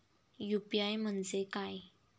UPI म्हणजे काय?